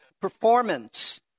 performance